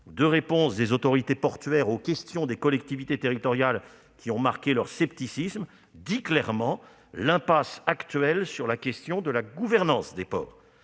de réponse des autorités portuaires aux interrogations des collectivités territoriales qui ont exprimé leur scepticisme dit clairement l'impasse qui existe aujourd'hui sur la question de la gouvernance des ports.